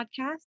Podcast